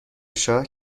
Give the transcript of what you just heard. شاه